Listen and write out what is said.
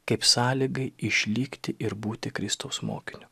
kaip sąlygai išlikti ir būti kristaus mokiniu